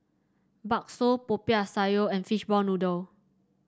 bakso Popiah Sayur and Fishball Noodle